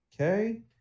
Okay